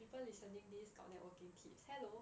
people listening this got networking tips hello